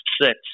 six